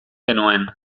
genuen